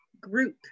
group